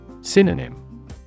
Synonym